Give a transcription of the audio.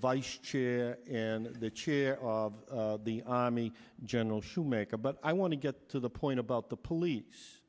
vice chair and the chair of the army general schoomaker but i want to get to the point about the police